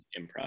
improv